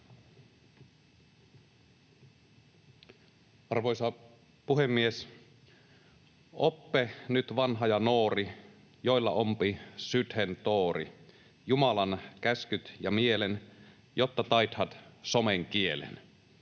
Arvoisa puhemies! ”Oppe nyt wanha / ia noori / joilla ombi Sydhen toori. Jumalan keskyt / ia mielen / iotca taidhat Somen kielen.”